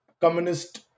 communist